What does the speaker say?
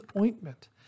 Ointment